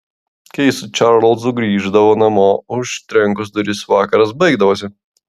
kai ji su čarlzu grįždavo namo užtrenkus duris vakaras baigdavosi